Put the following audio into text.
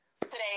today